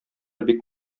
бик